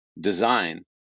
design